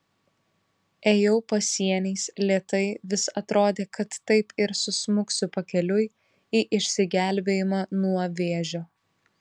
ėjau pasieniais lėtai vis atrodė kad taip ir susmuksiu pakeliui į išsigelbėjimą nuo vėžio